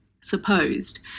supposed